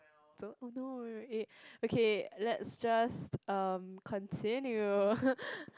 so oh no eh okay let's just um continue